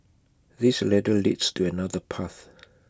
this ladder leads to another path